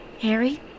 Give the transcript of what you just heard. Harry